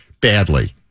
badly